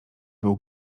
był